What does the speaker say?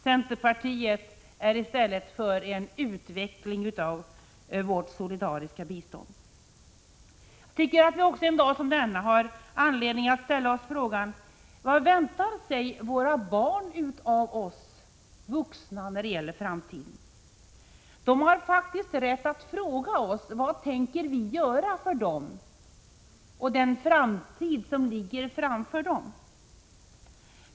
Centerpartiet är i stället för en utveckling av vårt solidariska bistånd. Jag tycker att vi också en dag som denna har anledning att ställa oss frågan vad våra barn väntar sig av oss vuxna när det gäller framtiden. De har faktiskt rätt att fråga oss vad vi tänker göra för dem och för deras framtid.